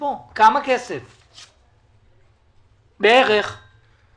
כמה כסף תוציא המדינה באחד משני הגופים האלה